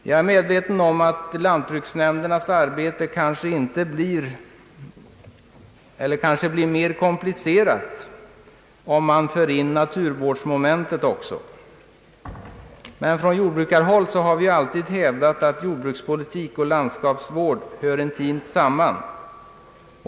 Jag är medveten om att lantbruksnämndernas arbete blir mera komplicerat, om man för in naturvårdsmomentet. Från jordbrukarhåll har vi dock alltid hävdat att jordbrukspolitik och landskapsvård hör intimt samman.